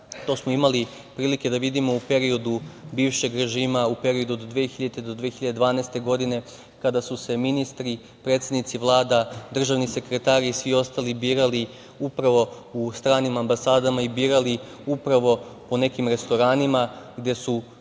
to smo imali prilike da vidimo u periodu bivšeg režima, u periodu od 2000. do 2012. godine kada su se ministri, predsednici Vlada, državni sekretari i svi ostali birali upravo u stranim ambasadama i birali upravo po nekim restoranima gde su